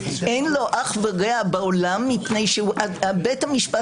אין לו אח ורע בעולם מפני שבית המשפט